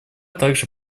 также